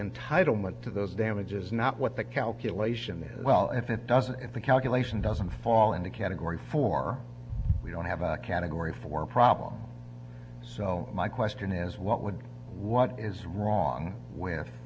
entitlement to those damages not what the calculation is well if it doesn't if the calculation doesn't fall into category four we don't have a category four problem so my question is what would what is wrong